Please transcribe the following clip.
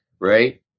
Right